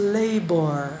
labor